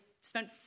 spent